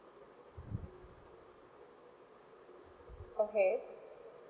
okay